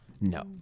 No